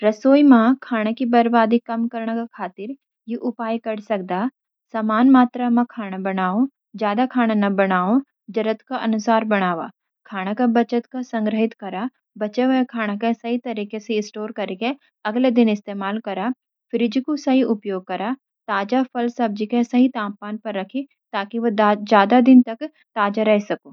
रसोई में खाने की बर्बादी कम करन के लियो, य उपाय कर सक्त: समान मात्रा में खाना बनावा: ज़्यादा खाना ना बनावा, जरूरत के अनुसार सी बनावा। खाने के बचत क संग्रहित करा: बचे हुए खाने के सही तरीके से स्टोर करके अगले दिन इस्तेमाल करा। फ्रिज का सही उपयोग: ताजे फल-सब्ज़ी को सही तापमान पर रखें ताकि वो ज्यादा दिन तक ताजे रह।